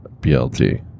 BLT